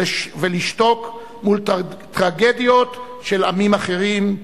ולשתוק מול טרגדיות של עמים אחרים,